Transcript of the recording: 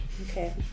Okay